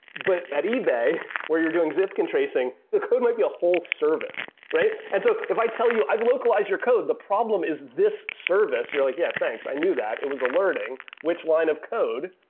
but at ebay where you're doing zipkin tracing, the code might be a whole service, right? and so if i tell you, i've localized your code. the problem is this service, you're like, yeah, thanks. i knew that. it was a alerting which line of code.